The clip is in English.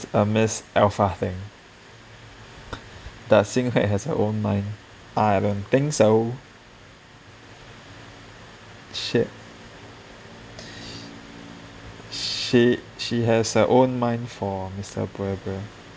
uh miss alpha thing that thing has her own mind I don't think so shit she she has her own mind for mister